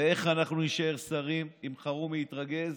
ואיך אנחנו נישאר שרים אם אלחרומי יתרגז?